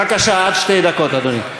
בבקשה, עד שתי דקות, אדוני.